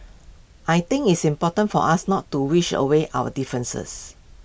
I think it's important for us not to wish away our differences